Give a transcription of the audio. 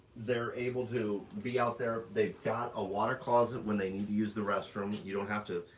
they're able to be out there, they've got a water closet when they need to use the restroom. you don't have to,